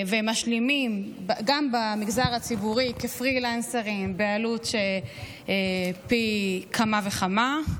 ומשלימים גם במגזר הציבורי כפרילנסרים בעלות של פי כמה וכמה.